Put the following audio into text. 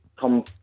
come